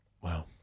Wow